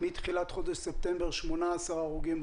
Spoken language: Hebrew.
מתחילת חודש ספטמבר 18 הרוגים.